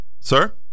Sir